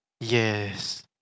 Yes